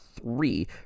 three